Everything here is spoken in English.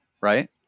right